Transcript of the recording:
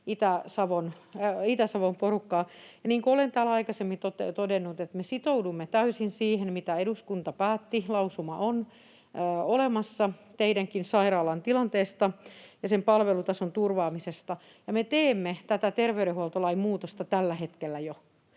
Itä-Savon porukkaa. Niin kuin olen täällä aikaisemmin todennut, me sitoudumme täysin siihen, mitä eduskunta päätti, lausuma on olemassa teidänkin sairaalan tilanteesta ja sen palvelutason turvaamisesta. Me teemme tätä terveydenhuoltolain muutosta jo tällä hetkellä,